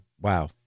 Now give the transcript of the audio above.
wow